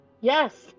Yes